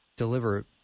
deliver